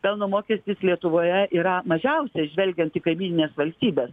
pelno mokestis lietuvoje yra mažiausias žvelgiant į kaimynines valstybes